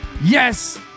Yes